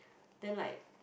then like